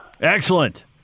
Excellent